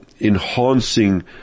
enhancing